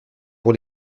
pour